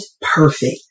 perfect